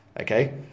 okay